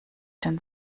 den